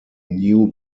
new